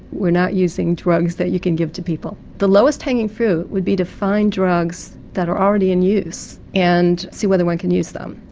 we are not using drugs that you can give to people. the lowest hanging fruit would be to find drugs that are already in use and see whether one can use them.